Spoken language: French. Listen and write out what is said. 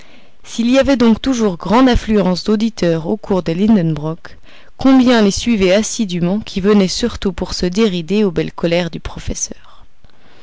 s'il y avait donc toujours grande affluence d'auditeurs aux cours de lidenbrock combien les suivaient assidûment qui venaient surtout pour se dérider aux belles colères du professeur